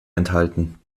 enthalten